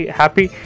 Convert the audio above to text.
happy